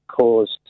caused